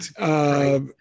Right